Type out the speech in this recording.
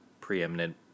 preeminent